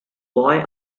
boy